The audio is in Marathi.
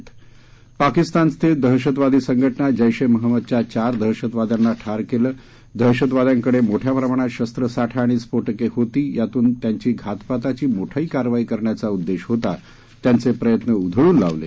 पाकिस्तानस्थित दहशतवादी संघटना जैश ए मोहम्मदच्या चार दहशतवाद्यांना ठार केले दहशतवाद्यांकडे मोठ्या प्रमाणात शस्त्रसाठा आणि स्फोटके होते यातून त्यांची घातपाताची मोठी कारवाई करण्याचा उद्देश होता त्यांचे प्रयत्न उधळून लावले